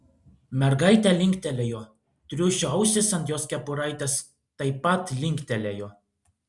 mergaitė linktelėjo triušio ausys ant jos kepuraitės taip pat linktelėjo